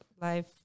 life